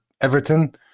Everton